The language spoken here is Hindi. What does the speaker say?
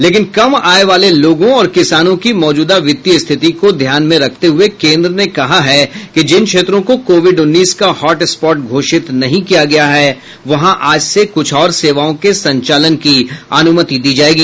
लेकिन कम आय वाले लोगों और किसानों की मौजूदा वित्तीय स्थिति को ध्यान में रखते हुए केन्द्र ने कहा है कि जिन क्षेत्रों को कोविड उन्नीस का हॉट स्पॉट घोषित नहीं किया गया है वहां आज से कुछ और सेवाओं के संचालन की अनुमति दी जाएगी